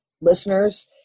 listeners